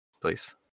Please